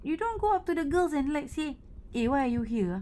you don't go up to the girls and like say eh why are you here ah